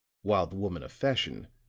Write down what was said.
while the woman of fashion,